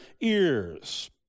ears